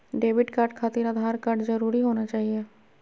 Debit card खातिर Aadhaar card जरूरी होना चाहिए?